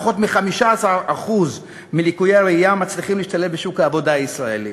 פחות מ-15% מלקויי הראייה מצליחים להשתלב בשוק העבודה הישראלי.